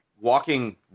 walking